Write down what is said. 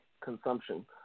consumption